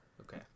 okay